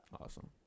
Awesome